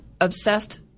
obsessed